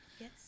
Yes